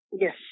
Yes